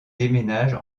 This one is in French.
déménage